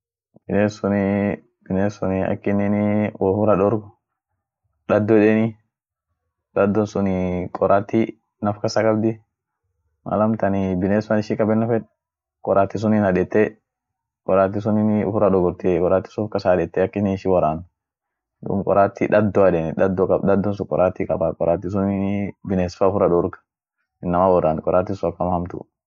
binesuni binesunii akininii wo ufirra dorg, daddo hedeni daddo sunii qorati naf kasa kabdi ma almtani biness fan issh kabeno feed qorati sunin hadete qorati sunin uffira dogortiey qorati sun uf kasa hadete akinin ishi woran duum qorati daddoa hedeni daddo kab, daddo sun qorati kaba, qorati suninii bines fa uffira dorg inama worant qoratin sun akama hamtu.